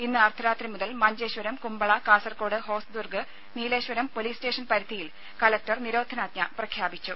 ഇന്ന് അർദ്ധരാത്രി മുതൽ മഞ്ചേശ്വരം കുമ്പള കാസർകോട് ഹോസ്ദുർഗ് നീലേശ്വരം പൊലീസ് സ്റ്റേഷൻ പരിധിയിൽ കലക്ടർ നിരോധനാജ്ഞ പ്രഖ്യാപിച്ചു